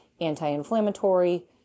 anti-inflammatory